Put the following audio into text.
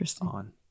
on